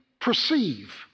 perceive